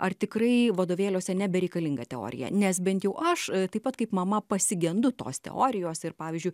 ar tikrai vadovėliuose nebereikalinga teorija nes bent jau aš taip pat kaip mama pasigendu tos teorijos ir pavyzdžiu